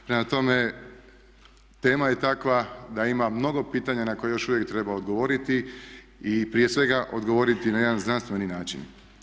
Prema tome, tema je takva da ima mnogo pitanja na koja još uvijek treba odgovoriti i prije svega odgovoriti na jedan znanstveni način.